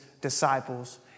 disciples